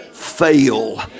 Fail